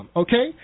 okay